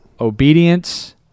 Obedience